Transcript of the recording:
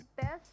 best